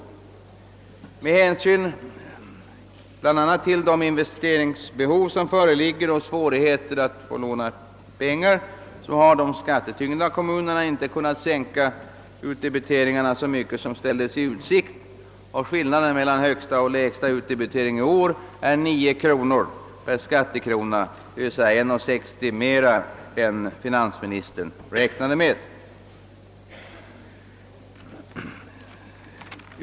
Bl.a. på grund av de föreliggande investeringsbehoven och svårigheten att låna pengar har de skattetyngda kommunerna inte kunnat sänka utdebiteringarna så mycket som ställts i utsikt, och skillnaden mellan högsta och lägsta utdebitering i år är 9 kronor per skattekrona, d.v.s. 1:60 mera än vad finansministern räknade med.